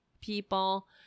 people